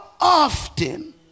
often